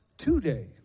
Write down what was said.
today